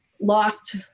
lost